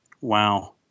Wow